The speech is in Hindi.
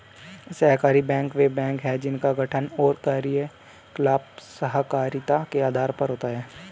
सहकारी बैंक वे बैंक हैं जिनका गठन और कार्यकलाप सहकारिता के आधार पर होता है